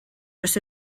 dros